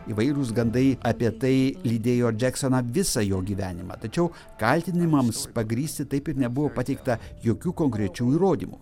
įvairūs gandai apie tai lydėjo džeksoną visą jo gyvenimą tačiau kaltinimams pagrįsti taip ir nebuvo pateikta jokių konkrečių įrodymų